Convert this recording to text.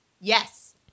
Yes